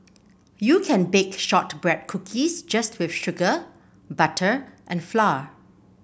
you can bake shortbread cookies just with sugar butter and flour